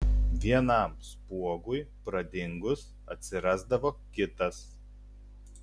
vienam spuogui pradingus atsirasdavo kitas